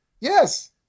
yes